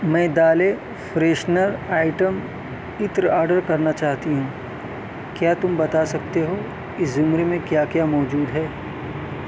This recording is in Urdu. میں دالیں فریشنر آئٹم عطر آرڈر کرنا چاہتی ہوں کیا تم بتا سکتے ہو اس زمرے میں کیا کیا موجود ہے